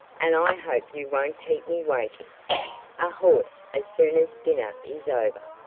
and i hope you won't keep me waiting. a horse as soon as dinner is over,